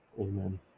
Amen